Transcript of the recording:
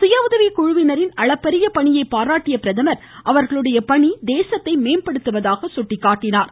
சுய உதவிக்குழுவினரின் அளப்பரிய பணியை பாராட்டிய பிரதமர் அவர்களுடைய பணி தேசத்தை மேம்படுத்துவதாக கூறினார்